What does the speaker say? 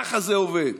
ככה זה עובד.